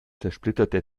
zersplitterte